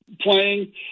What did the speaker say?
playing